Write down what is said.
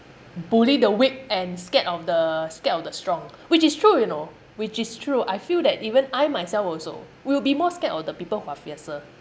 bully the weak and scared of the scared of the strong which is true you know which is true I feel that even I myself also will be more scared of the people who are fiercer